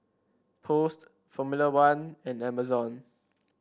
Post Formula One and Amazon